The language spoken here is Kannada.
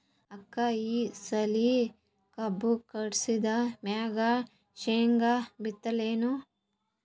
ಅಕ್ಕ ಈ ಸಲಿ ಕಬ್ಬು ಕಟಾಸಿದ್ ಮ್ಯಾಗ, ಶೇಂಗಾ ಬಿತ್ತಲೇನು?